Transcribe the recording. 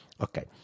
okay